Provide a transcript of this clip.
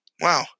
Wow